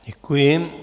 Děkuji.